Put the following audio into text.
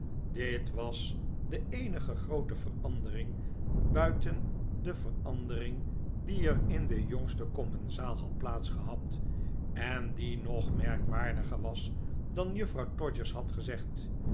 dit was de eenige groote verandering buiten de verandering die er in den jongsten commensaal had plaats gehad en die nog merkwaardiger was dan juffrouw todgers had gezegd